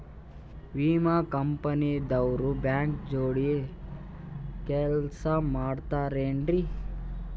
ವಿಮಾ ಕಂಪನಿ ದವ್ರು ಬ್ಯಾಂಕ ಜೋಡಿ ಕೆಲ್ಸ ಮಾಡತಾರೆನ್ರಿ?